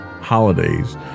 Holidays